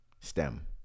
STEM